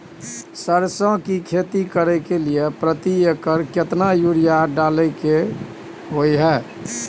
सरसो की खेती करे के लिये प्रति एकर केतना यूरिया डालय के होय हय?